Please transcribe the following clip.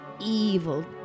evil